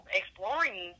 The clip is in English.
exploring